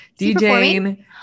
DJing